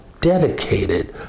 dedicated